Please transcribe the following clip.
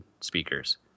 speakers